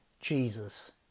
Jesus